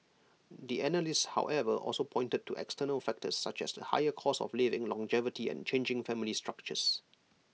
the analysts however also pointed to external factors such as the higher cost of living longevity and changing family structures